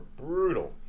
brutal